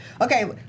okay